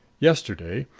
yesterday,